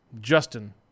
Justin